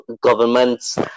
governments